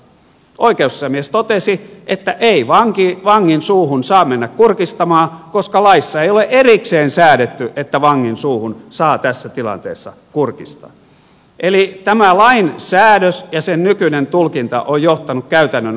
oikeusasiamies totesi että ei vangin suuhun saa mennä kurkistamaan koska laissa ei ole erikseen säädetty että vangin suuhun saa tässä tilanteessa kurkistaa eli tämä lain säädös ja sen nykyinen tulkinta on johtanut käytännön ongelmiin